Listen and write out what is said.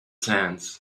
sands